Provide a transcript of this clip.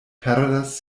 perdas